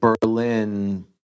Berlin